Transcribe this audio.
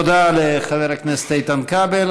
תודה לחבר הכנסת איתן כבל.